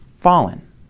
fallen